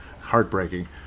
heartbreaking